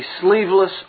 sleeveless